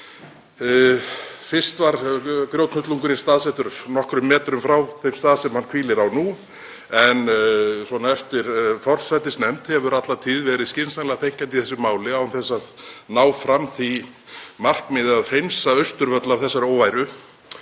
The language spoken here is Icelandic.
Fyrst var grjóthnullungurinn staðsettur nokkrum metrum frá þeim stað sem hann stendur á nú. Forsætisnefnd hefur alla tíð verið skynsamlega þenkjandi í þessu máli án þess að ná fram því markmiði að hreinsa Austurvöll af þessari óværu